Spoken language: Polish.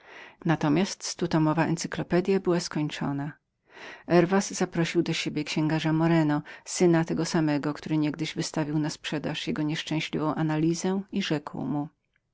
natomiast stutomowa encyklopedya była skończoną herwas zaprosił do siebie księgarza moreno syna tego samego który niegdyś wystawił na sprzedaż jego nieszczęśliwą analizę i rzeki